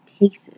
cases